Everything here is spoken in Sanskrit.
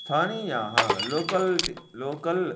स्थानीयाः लोकल्लिति लोकल्